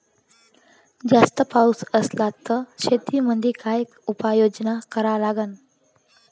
जास्त पाऊस असला त शेतीमंदी काय उपाययोजना करा लागन?